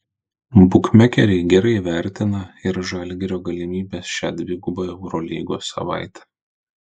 bukmekeriai gerai vertina ir žalgirio galimybes šią dvigubą eurolygos savaitę